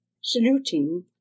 Saluting